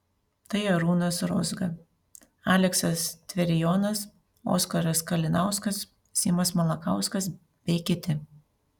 tai arūnas rozga aleksas tverijonas oskaras kalinauskas simas malakauskas bei kiti